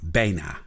bijna